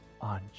on